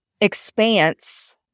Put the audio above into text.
expanse